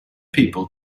people